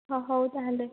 ହଁ ହଉ ତା'ହେଲେ